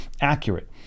accurate